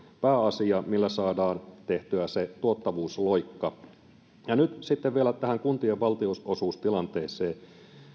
pääasia millä saadaan tehtyä se tuottavuusloikka nyt sitten vielä tähän kuntien valtionosuustilanteeseen